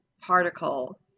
particle